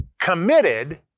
committed